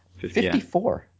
54